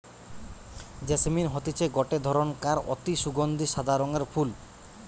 jasmine হতিছে গটে ধরণকার অতি সুগন্ধি সাদা রঙের ফুল